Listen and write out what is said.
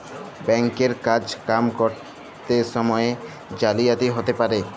bank এর কাজ কাম ক্যরত সময়ে জালিয়াতি হ্যতে পারে